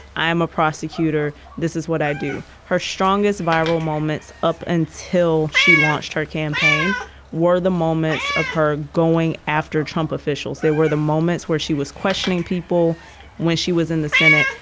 i am a prosecutor. this is what i do. her strongest viral moments up until she launched her campaign were the moments of her going after trump officials. they were the moments where she was questioning people when she was in the senate.